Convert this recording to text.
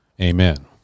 Amen